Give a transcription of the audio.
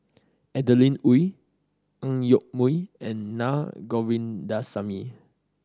Adeline Ooi Ang Yoke Mooi and Naa Govindasamy